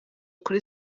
kuri